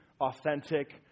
authentic